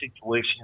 situation